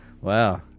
Wow